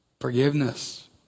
Forgiveness